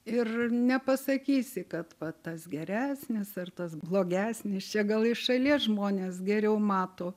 ir nepasakysi kad va tas geresnis ar tas blogesnis čia gal šalies žmonės geriau mato